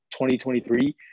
2023